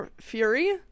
Fury